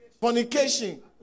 Fornication